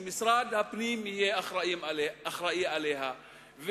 שמשרד הפנים יהיה אחראי עליה,